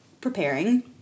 preparing